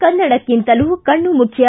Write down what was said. ಕನ್ನಡಕಕ್ಕಿಂತಲೂ ಕಣ್ಣು ಮುಖ್ಯ